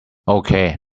okay